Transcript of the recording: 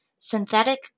Synthetic